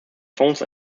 fonds